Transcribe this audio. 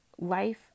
life